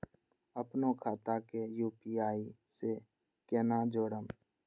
अपनो खाता के यू.पी.आई से केना जोरम?